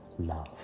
Love